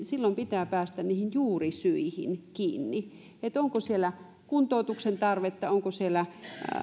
silloin pitää päästä niihin juurisyihin kiinni että onko siellä kuntoutuksen tarvetta onko siellä